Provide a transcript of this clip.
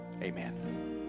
amen